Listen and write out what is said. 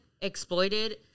exploited